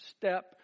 step